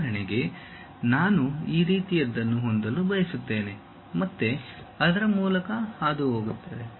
ಉದಾಹರಣೆಗೆ ನಾನು ಈ ರೀತಿಯದ್ದನ್ನು ಹೊಂದಲು ಬಯಸುತ್ತೇನೆ ಮತ್ತೆ ಅದರ ಮೂಲಕ ಹಾದುಹೋಗುತ್ತದೆ